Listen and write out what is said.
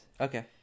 Okay